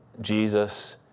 Jesus